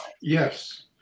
Yes